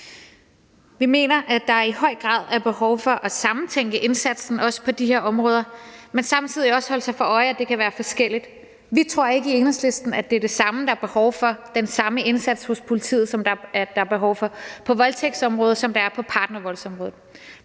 Vi mener, at der i høj grad er behov for at sammentænke indsatsen, også på de her områder, men også at holde sig for øje, at det er forskelligt. Vi tror ikke i Enhedslisten, at det er den samme indsats hos politiet, der er behov for på voldtægtsområdet, som der er på partnervoldsområdet.